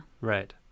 Right